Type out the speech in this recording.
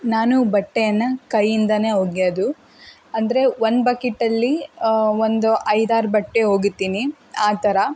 ನಾನು ಬಟ್ಟೆಯನ್ನು ಕೈಯಿಂದನೇ ಒಗೆಯೋದು ಅಂದರೆ ಒಂದು ಬಕೆಟಲ್ಲಿ ಒಂದು ಐದಾರು ಬಟ್ಟೆ ಒಗಿತೀನಿ ಆ ಥರ